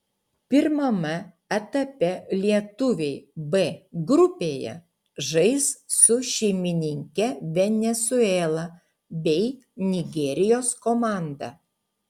pirmame etape lietuviai b grupėje žais su šeimininke venesuela bei nigerijos komanda